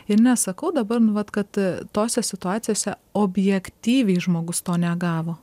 ir nesakau dabar nu vat kad tose situacijose objektyviai žmogus to negavo